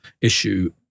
issue